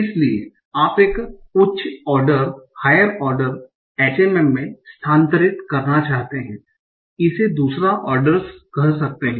इसलिए आप एक उच्च ऑर्डर HMM में स्थानांतरित करना चाहते हैं इसे दूसरा ऑर्डरस कह सकते है